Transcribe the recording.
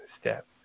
step